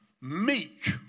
Meek